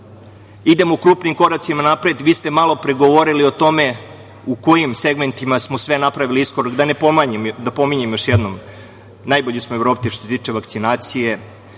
idemo krupnim koracima napred. Vi ste malopre govorili o tome u kojim segmentima smo sve napravili iskorak. Da ne pominjem još jednom, najbolji smo u Evropi što se tiče vakcinacije.